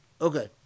Okay